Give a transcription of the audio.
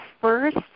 first